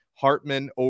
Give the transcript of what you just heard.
Hartman